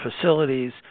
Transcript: facilities